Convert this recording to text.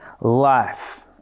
life